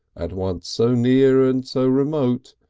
at once so near and so remote,